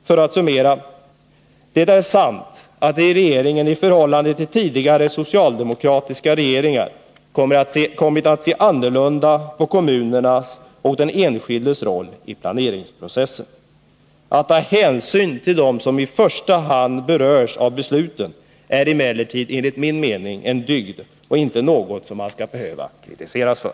För att summera: Det är sant att regeringen i förhållande till tidigare socialdemokratiska regeringar kommit att se annorlunda på kommunernas och den enskildes roll i planeringsprocessen. Att ta hänsyn till dem som i första hand berörs av besluten är emellertid enligt min mening en dygd och inte något som man skall behöva kritiseras för.